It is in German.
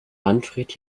manfred